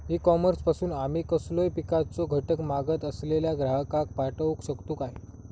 E commerce पासून आमी कसलोय पिकाचो घटक मागत असलेल्या ग्राहकाक पाठउक शकतू काय?